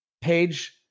page